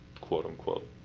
quote-unquote